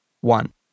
One